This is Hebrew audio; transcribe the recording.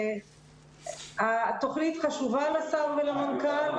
התוכנית חשובה לשר ולמנכ"ל,